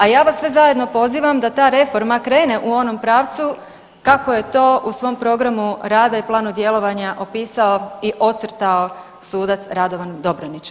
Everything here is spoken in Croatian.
A ja vas sve zajedno pozivam da ta reforma krene u onom pravcu kako je to u svom programu rada i planu djelovanja opisao i ocrtao sudac Radovan Dobronić.